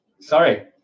Sorry